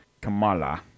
Kamala